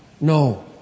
No